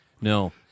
No